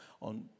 on